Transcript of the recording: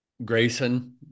Grayson